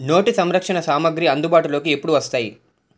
నోటి సంరక్షణ సామాగ్రి అందుబాటులోకి ఎప్పుడు వస్తాయి